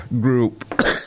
Group